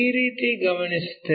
ಈ ರೀತಿ ಗಮನಿಸುತ್ತೇವೆ